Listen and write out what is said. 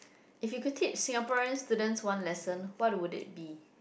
if you could teach Singaporean students one lesson what would it be